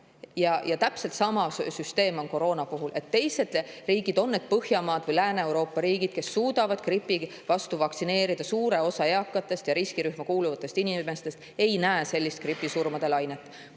Täpselt sama on koroona puhul. Teised riigid, on need Põhjamaad või Lääne-Euroopa riigid, kes suudavad gripi vastu vaktsineerida suure osa eakatest ja riskirühma kuuluvatest inimestest, ei näe sellist gripisurmade lainet.